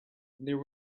there